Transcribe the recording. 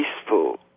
peaceful